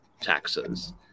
taxes